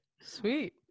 Sweet